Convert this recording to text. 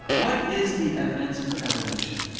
what is the evidence for evolution?